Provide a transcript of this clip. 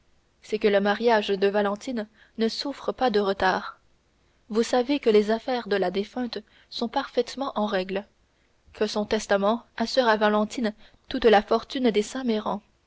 c'est que le mariage de valentine ne souffre pas de retard vous savez que les affaires de la défunte sont parfaitement en règle que son testament assure à valentine toute la fortune des